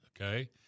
okay